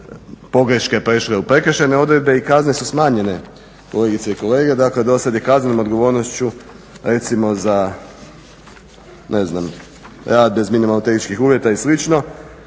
pogreške prešle u prekršajne odredbe i kazne su smanjene kolegice i kolege. Dakle dosad je kaznenom odgovornošću recimo za ne znam rad bez minimalno tehničkih uvjeta i